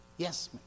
Yes